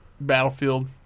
Battlefield